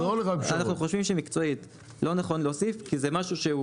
אנחנו חושבים שמקצועית לא נכון להוסיף כי זה משהו,